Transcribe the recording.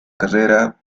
carrera